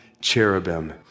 cherubim